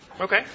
Okay